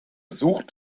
sucht